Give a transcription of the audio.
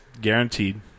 Guaranteed